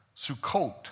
Sukkot